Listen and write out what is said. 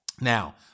Now